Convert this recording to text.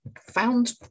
found